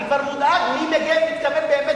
אני כבר מודאג מי מגן ומתכוון באמת